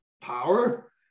power